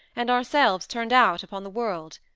and ourselves turned out upon the world.